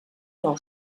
nou